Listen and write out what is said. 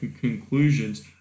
conclusions